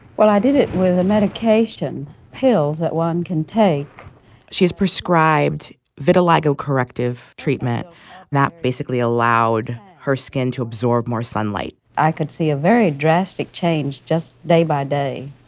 well, i did it with a medication pills that one can take she is prescribed vitiligo corrective treatment that basically allowed her skin to absorb more sunlight i could see a very drastic change just day by day.